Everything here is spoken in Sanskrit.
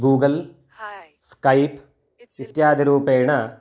गूगल् स्कैप् इत्यादिरूपेण